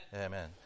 amen